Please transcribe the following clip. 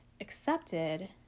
accepted